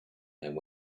and